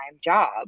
job